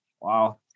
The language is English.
wow